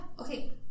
Okay